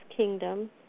kingdom